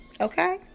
Okay